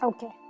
Okay